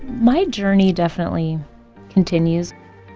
my journey definitely continues.